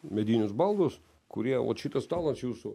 medinius baldus kurie vat šitas stalas jūsų